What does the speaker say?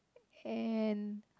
and